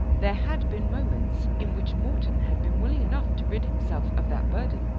there had been moments in which morton had been willing enough to rid himself of that burden.